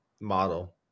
model